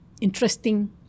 interesting